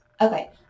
Okay